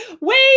wait